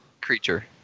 Creature